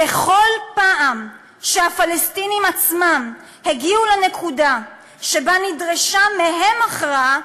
בכל פעם שהפלסטינים עצמם הגיעו לנקודה שבה נדרשה מהם הכרעה,